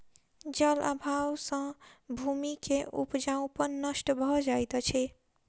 जल अभाव सॅ भूमि के उपजाऊपन नष्ट भ जाइत अछि